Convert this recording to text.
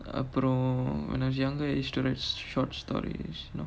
அப்புறம்:appuram err when I was younger I used to read short stories you know